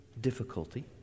difficulty